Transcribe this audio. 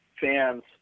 fans